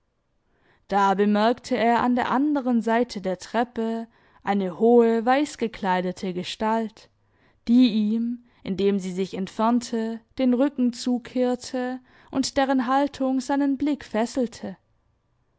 da bemerkte er an der anderen seite der treppe eine hohe weißgekleidete gestalt die ihm indem sie sich entfernte den rücken zukehrte und deren haltung seinen blick fesselte